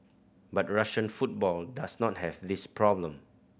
but Russian football does not have this problem